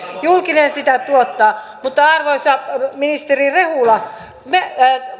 julkinen sitä tuottaa mutta arvoisa ministeri rehula me